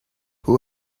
who